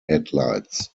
headlights